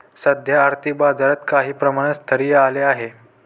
सध्या आर्थिक बाजारात काही प्रमाणात स्थैर्य आले आहे